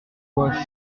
quoi